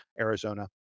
Arizona